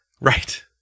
Right